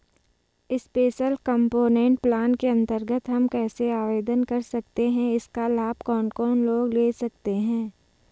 Special component plan के अन्तर्गत हम कैसे आवेदन कर सकते हैं इसका लाभ कौन कौन लोग ले सकते हैं?